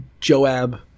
Joab